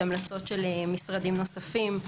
את המלצות של משרדים נוספים.